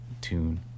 tune